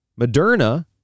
Moderna